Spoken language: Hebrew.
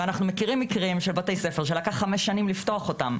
ואנחנו מכירים מקרים של בתי ספר שלקח חמש שנים לפתוח אותם.